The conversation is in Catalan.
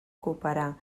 cooperar